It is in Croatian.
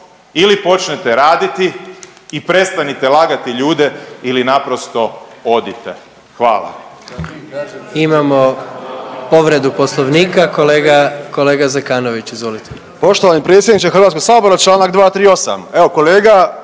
ili počnite raditi i prestanite lagati ljude ili naprosto odite. Hvala.